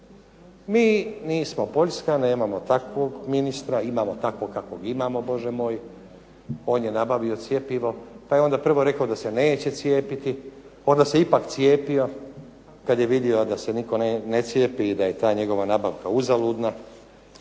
Mi nismo Poljska, nemamo takvog ministra, imamo takvog kakvog imamo, Bože moj. On je nabavio cjepivo pa je onda prvo rekao da neće cijepiti, onda se ipak cijepio kad je vidio da se nitko ne cijepi i da je ta njegova nabavka uzaludna.